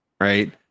right